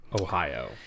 Ohio